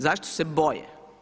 Zašto se boje?